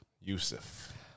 yusuf